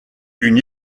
une